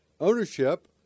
ownership